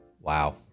Wow